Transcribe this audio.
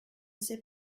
sais